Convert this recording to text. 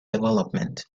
development